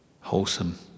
wholesome